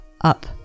up